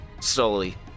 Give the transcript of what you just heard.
slowly